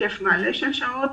היקף מלא של שעות,